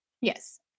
Yes